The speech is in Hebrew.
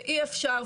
ואי אפשר,